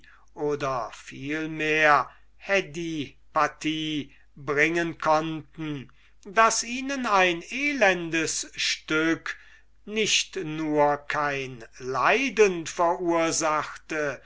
oder vielmehr hidypathie bringen konnten daß ihnen ein elendes stück nicht nur kein leiden verursachte